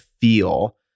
feel